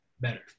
better